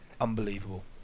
unbelievable